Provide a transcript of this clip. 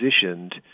positioned